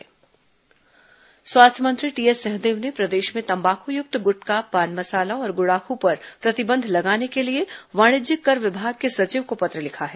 स्वास्थ्य मंत्री तम्बाकू प्रतिबंध स्वास्थ्य मंत्री टीएस सिंहदेव ने प्रदेश में तम्बाक्युक्त गुटखा पान मसाला और गुड़ाखू पर प्रतिबंध लगाने के लिए वाणिज्यिक कर विभाग के सचिव को पत्र लिखा है